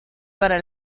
para